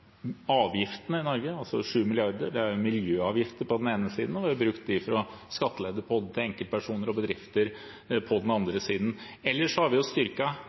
avgiftene i Norge med 7 mrd. kr. Det er miljøavgifter på den ene siden, og det er skattlegging av både enkeltpersoner og bedrifter på den andre siden. Ellers har vi